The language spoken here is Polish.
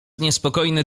niespokojny